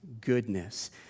Goodness